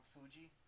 fuji